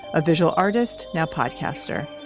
a visual artist, now podcaster.